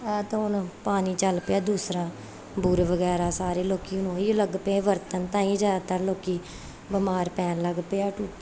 ਆ ਤਾਂ ਹੁਣ ਪਾਣੀ ਚੱਲ ਪਿਆ ਦੂਸਰਾ ਬੋਰ ਵਗੈਰਾ ਸਾਰੇ ਲੋਕੀ ਨੂੰ ਇਹ ਲੱਗ ਪਏ ਵਰਤਣ ਤਾਂ ਹੀ ਜ਼ਿਆਦਾਤਰ ਲੋਕੀ ਬਿਮਾਰ ਪੈਣ ਲੱਗ ਪਏ ਆ ਟੁ